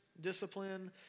discipline